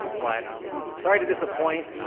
but sorry to disappoint.